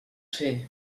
fer